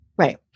Right